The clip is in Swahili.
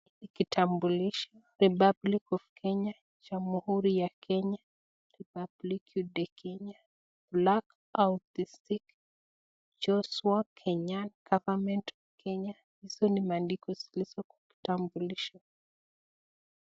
Hii kitambulisho Republic of Kenya Jamhuri ya Kenya, Republic of Kenya black au distint chores work Kenyan government of Kenya hizo ni maandishi zilizo kwa kitambulisho.